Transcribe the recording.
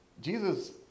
Jesus